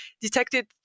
detected